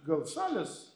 gal salės